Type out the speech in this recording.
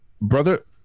Brother